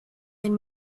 and